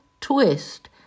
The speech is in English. twist